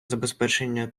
забезпечення